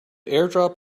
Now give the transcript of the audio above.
airdrop